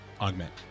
augment